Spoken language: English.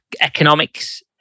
economics